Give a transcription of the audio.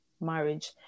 marriage